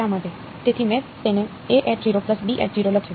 તેથી મેં તેને લખ્યું